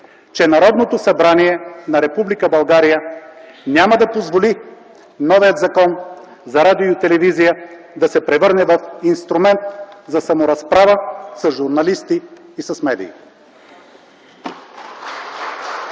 че Народното събрание на Република България няма да позволи новият Закон за радио и телевизия да се превърне в инструмент за саморазправа с журналисти и с медии”.